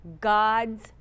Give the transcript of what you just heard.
God's